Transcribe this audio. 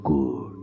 Good